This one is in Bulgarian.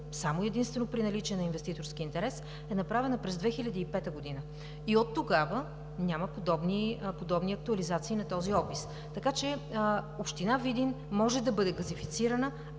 само и единствено при наличие на инвеститорски интерес, е направена през 2005 г. И оттогава няма подобни актуализации на този опис. Така че община Видин може да бъде газифицирана,